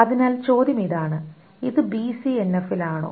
അതിനാൽ ചോദ്യം ഇതാണ് ഇത് ബിസിഎൻഎഫിലാണോ